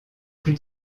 plus